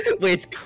Wait